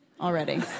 already